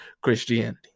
Christianity